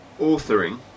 authoring